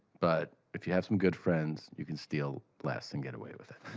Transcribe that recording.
but if you have some good friends, you can steal less and get away with it.